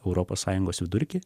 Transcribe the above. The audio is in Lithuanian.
europos sąjungos vidurkį